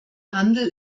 handel